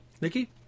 Nikki